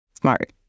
Smart